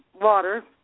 water